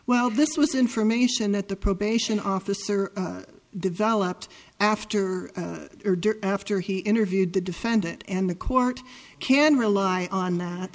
well this was information that the probation officer developed after after he interviewed the defendant and the court can rely on that